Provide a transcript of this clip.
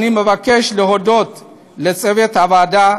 אני מבקש להודות לצוות הוועדה,